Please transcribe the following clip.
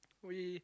we